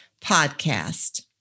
podcast